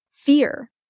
Fear